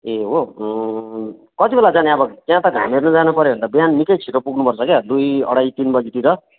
ए हो कति बेला जाने अब त्यहाँ त घाम हेर्नु जानु पऱ्यो भने त बिहान निकै छिटो पुग्नु पर्छ क्या दुई अढाई तिन बजीतिर